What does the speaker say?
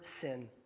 sin